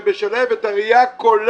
תכסרה", לבכות אחרי המת זה כבר לא שווה.